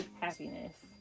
happiness